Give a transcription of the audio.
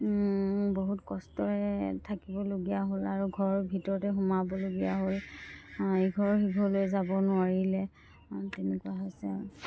বহুত কষ্টৰে থাকিবলগীয়া হ'ল আৰু ঘৰৰ ভিতৰতে সোমাবলগীয়া হ'ল ইঘৰ সিঘৰলৈ যাব নোৱাৰিলে তেনেকুৱা হৈছে